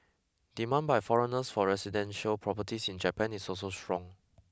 demand by foreigners for residential properties in Japan is also strong